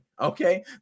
okay